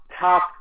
top